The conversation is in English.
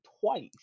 twice